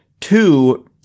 two